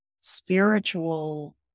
spiritual